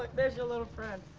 like there's your little friend.